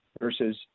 versus